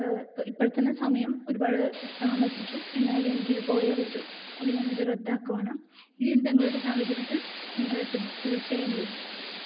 ഇപ്പോഴ്തന്നെ സമയം ഒരുപാട് താമസിച്ചു എന്നാലും എനിക്ക് പോയേ പറ്റു അതുകൊണ്ട് ഞാനിത് റദ്ദാക്കുവാണ് ഇനി എന്തെങ്കിലും ഒരു സാഹചര്യത്തിൽ നിങ്ങളെ തീർച്ചയായും വിളിക്കാം